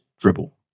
dribble